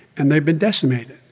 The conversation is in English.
and they've been decimated.